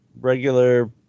regular